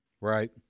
Right